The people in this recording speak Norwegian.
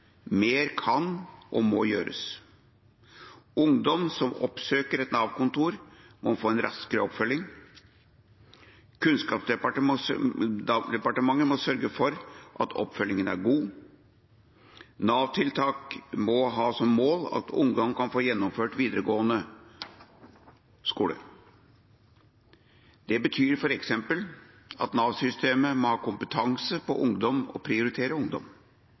Mer kan og må gjøres. Ungdom som oppsøker et Nav-kontor, må få en raskere oppfølging. Kunnskapsdepartementet må sørge for at oppfølgingen er god. Nav-tiltak må ha som mål at ungdom kan få gjennomført videregående skole. Det betyr f.eks. at Nav-systemet må ha kompetanse på ungdom og prioritere ungdom.